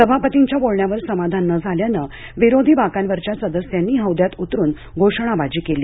सभापतींच्या बोलण्यावर समाधान न झाल्यानं विरोधी बाकांवरच्या सदस्यांनी हौद्यात उतरून घोषणाबाजी केली